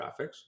Graphics